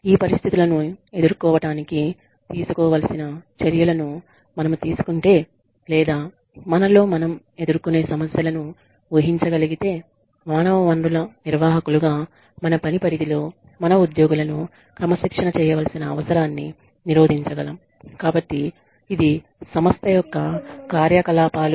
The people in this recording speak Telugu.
ఈ పరిస్థితులను ఎదుర్కోవటానికి తీసుకోవలసిన చర్యలను మనము తీసుకుంటే లేదా మనలో మనం ఎదుర్కొనే సమస్యలను ఊహించగలిగితే మానవ వనరుల నిర్వాహకులుగా మన పని పరిధిలో మన ఉద్యోగులను క్రమశిక్షణ చేయవలసిన అవసరాన్ని నిరోధించగలం